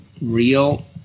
real